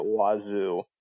wazoo